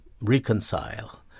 reconcile